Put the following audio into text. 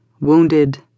wounded